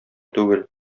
түгел